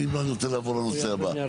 אם לא, אני רוצה לעבור לנושא הבא.